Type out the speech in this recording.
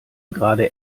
gerade